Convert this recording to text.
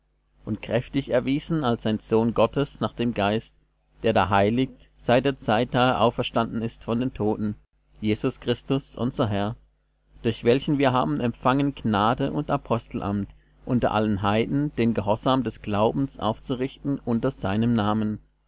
und kräftig erwiesen als ein sohn gottes nach dem geist der da heiligt seit der zeit da er auferstanden ist von den toten jesus christus unser herr durch welchen wir haben empfangen gnade und apostelamt unter allen heiden den gehorsam des glaubens aufzurichten unter seinem namen